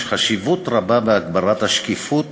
יש חשיבות רבה בהגברת השקיפות